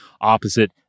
opposite